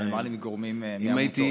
נאמר לי מגורמים, מעמותות.